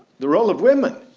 the role of women.